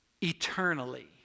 eternally